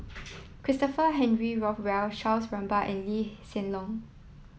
Christopher Henry Rothwell Charles Gamba and Lee Hsien Loong